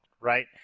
right